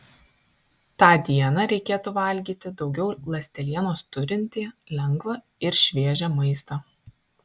tą dieną reikėtų valgyti daugiau ląstelienos turintį lengvą ir šviežią maistą